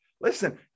listen